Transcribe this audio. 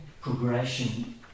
progression